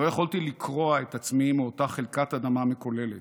לא יכולתי לקרוע את עצמי מאותה חלקת אדמה מקוללת,